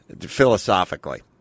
Philosophically